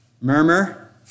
murmur